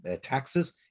taxes